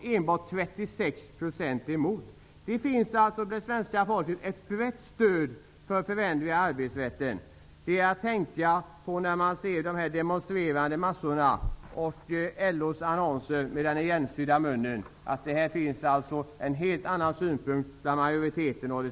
Endast 36 % är emot detta. Hos det svenska folket finns det således ett brett stöd för förändringar i arbetsrätten. Det bör man tänka på när man ser de demonstrerande massorna och LO:s annonser med den ihopsydda munnen. Majoriteten av det svenska folket har en helt annan syn.